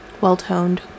Well-toned